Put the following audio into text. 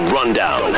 Rundown